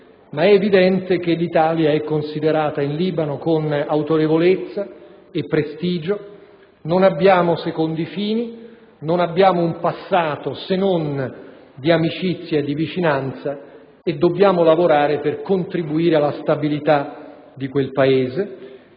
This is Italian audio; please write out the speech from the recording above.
ma è evidente che l'Italia è considerata in Libano con autorevolezza e prestigio: non abbiamo secondi fini; non abbiamo un passato se non di amicizia e di vicinanza e dobbiamo lavorare per contribuire alla stabilità di quel Paese.